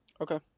Okay